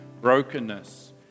brokenness